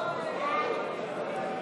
חוק הגנת הצרכן